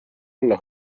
olla